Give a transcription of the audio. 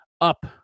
up